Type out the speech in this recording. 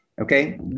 Okay